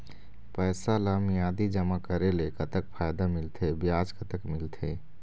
पैसा ला मियादी जमा करेले, कतक फायदा मिलथे, ब्याज कतक मिलथे?